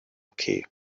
okay